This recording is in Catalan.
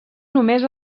només